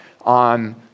on